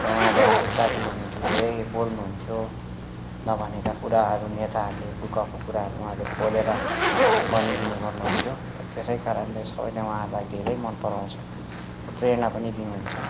र उहाँले आ जातिको निम्ति धेरै बोल्नुहुन्थ्यो नभनेका कुराहरू नेताहरूले लुकाएको कुराहरू उहाँले खोलेर भनिदिने गर्नुहुन्थ्यो र त्यसै कारणले सबैले उहाँलाई धेरै मन पराउँछ र प्रेरणा पनि दिनुहुन्छ